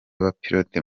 abapilote